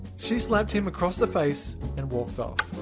she slapped him across the face and walked off.